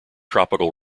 tropical